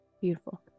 Beautiful